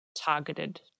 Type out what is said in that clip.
targeted